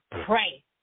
Pray